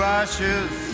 ashes